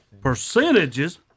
percentages